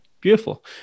Beautiful